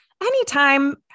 anytime